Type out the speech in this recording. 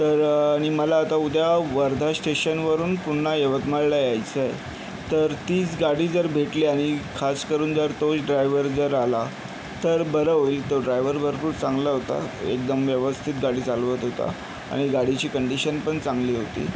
तर आणि मला आता उद्या वर्धा स्टेशनवरून पुन्हा यवतमाळला यायचं आहे तर तीच गाडी जर भेटली आणि खासकरून जर तोच ड्रायव्हर जर आला तर बरं होईल तो ड्रायव्हर भरपूर चांगला होता एकदम व्यवस्थित गाडी चालवत होता आणि गाडीची कंडिशन पण चांगली होती